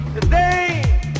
today